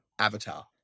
avatar